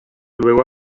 luego